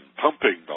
pumping